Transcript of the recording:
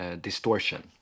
distortion